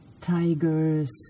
tigers